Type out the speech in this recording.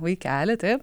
vaikelį taip